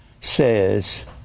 says